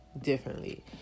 differently